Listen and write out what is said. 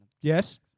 Yes